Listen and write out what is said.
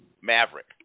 Maverick